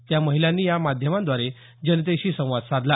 त्या महिलांनी या माध्यमांद्वारे जनतेशी संवाद साधला